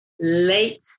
late